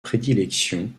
prédilection